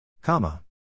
Comma